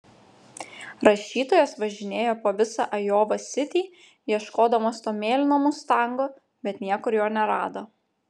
rašytojas važinėjo po visą ajova sitį ieškodamas to mėlyno mustango bet niekur jo nerado